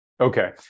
Okay